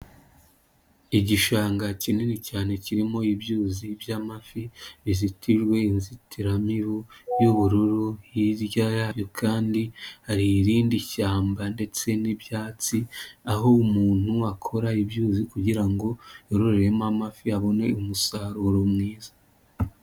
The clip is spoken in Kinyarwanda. Igishanga kinini cyane kirimo ibyuzi by'amafi bizitijwe inzitiramibu y'ubururu hirya yayo kandi hari irindi shyamba ndetse n'ibyatsi, aho umuntu akora ibyuzi kugira ngo yororemo amafi abone umusaruro mwiza.